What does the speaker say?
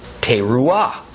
teruah